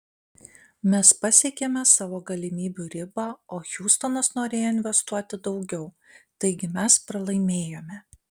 mes pasiekėme savo galimybių ribą o hjustonas norėjo investuoti daugiau taigi mes pralaimėjome